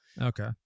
Okay